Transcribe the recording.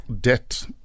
debt